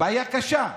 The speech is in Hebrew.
בעיה קשה,